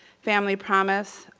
family promise,